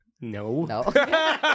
No